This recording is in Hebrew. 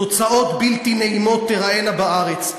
תוצאות בלתי נעימות תיראינה בארץ,